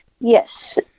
Yes